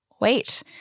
wait